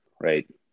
right